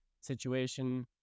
situation